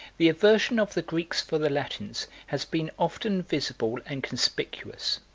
the aversion of the greeks for the latins has been often visible and conspicuous.